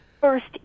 first